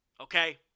Okay